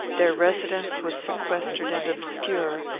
their residence was sequestered and obscure,